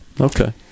Okay